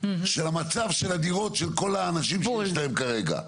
של המצב של הדירות של כל האנשים שיש להם כרגע,